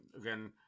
again